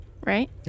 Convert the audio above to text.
Right